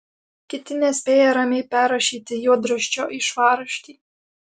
kiti nespėja ramiai perrašyti juodraščio į švarraštį